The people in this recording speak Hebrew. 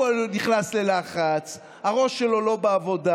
הוא נכנס ללחץ, הראש שלו לא בעבודה,